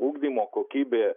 ugdymo kokybė